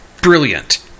brilliant